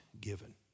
given